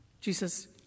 Jesus